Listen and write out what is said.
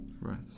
right